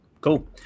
Cool